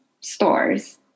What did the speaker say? stores